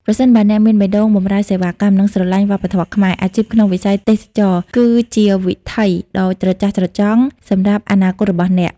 ប្រសិនបើអ្នកមានបេះដូងបម្រើសេវាកម្ម និងស្រឡាញ់វប្បធម៌ខ្មែរ អាជីពក្នុងវិស័យទេសចរណ៍គឺជាវិថីដ៏ត្រចះត្រចង់សម្រាប់អនាគតរបស់អ្នក។